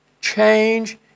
change